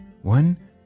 one